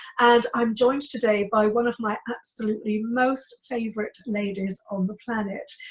and i'm joined today by one of my absolutely most favorite ladies on the planet.